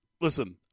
Listen